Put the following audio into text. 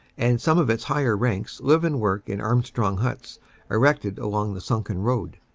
and some of its higher ranks live and work in armstrong huts erected along the sunken road.